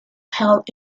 held